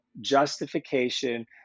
justification